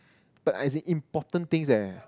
but as in important things eh